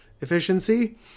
efficiency